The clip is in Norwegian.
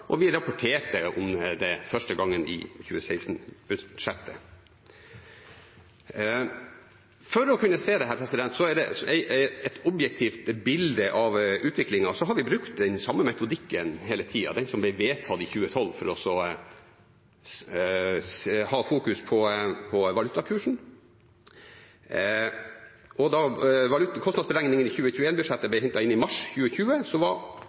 og vi rapporterte om det første gang i 2016-budsjettet. For å kunne se et objektivt bilde av utviklingen har vi brukt den samme metodikken hele tiden, den som ble vedtatt i 2012, for å fokusere på valutakursen. Og da kostnadsberegningen for 2021-budsjettet ble hentet i mars 2020, var